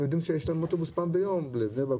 הם יודעים שיש להם אוטובוס פעם ביום לבני ברק,